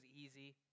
easy